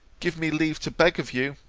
give me leave to beg of you